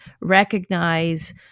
recognize